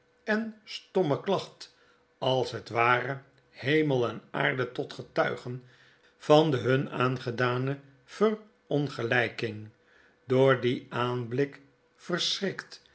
en stomme klacht als het ware hemel en aarde tot getuigen van de hun aangedane verongelping door dien aanblik